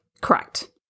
Correct